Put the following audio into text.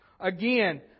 Again